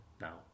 now